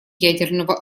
ядерного